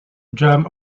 jam